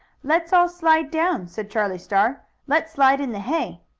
let's all slide down, said charlie star. let's slide in the hay.